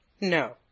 No